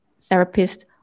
therapist